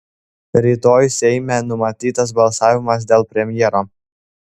rytoj seime numatytas balsavimas dėl premjero